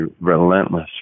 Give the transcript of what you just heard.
relentless